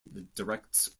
directs